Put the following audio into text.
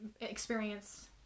experience